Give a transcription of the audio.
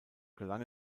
gelang